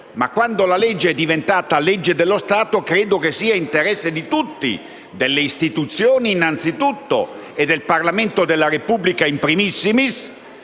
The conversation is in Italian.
il provvedimento è diventato legge dello Stato, credo sia interesse di tutti, delle istituzioni innanzitutto e del Parlamento della Repubblica *in primis*,